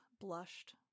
blushed